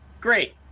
great